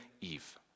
Eve